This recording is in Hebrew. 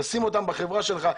תשים אותם בחברה שלך,